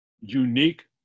unique